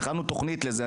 הכנו תוכנית לזה,